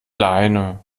leine